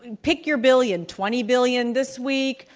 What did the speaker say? and pick your billion, twenty billion this week,